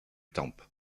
tempes